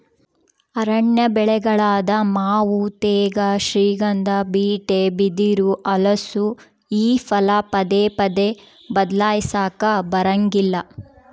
ಅರಣ್ಯ ಬೆಳೆಗಳಾದ ಮಾವು ತೇಗ, ಶ್ರೀಗಂಧ, ಬೀಟೆ, ಬಿದಿರು, ಹಲಸು ಈ ಫಲ ಪದೇ ಪದೇ ಬದ್ಲಾಯಿಸಾಕಾ ಬರಂಗಿಲ್ಲ